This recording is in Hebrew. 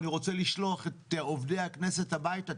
אני רוצה לשלוח את עובדי הכנסת הביתה,